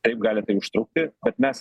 taip gali tai užtrukti bet mes